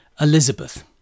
Elizabeth